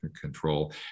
control